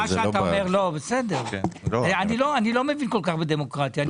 אני לא כל כך מבין בדמוקרטיה.